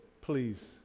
Please